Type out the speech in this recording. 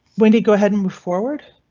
when do you go ahead and move forward?